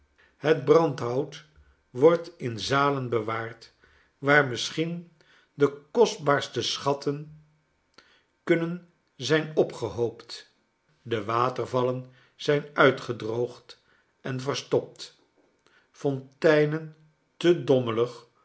het brandhout wordt in zalen bewaard waar misschien de kostbaarste schatten kunnen zijn opgehoopt de water vallen zjyn uitgedroogd en verstopt fonteinen te dommelig